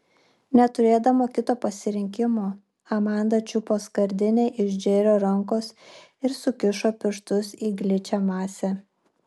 neturėdama kito pasirinkimo amanda čiupo skardinę iš džerio rankos ir sukišo pirštus į gličią masę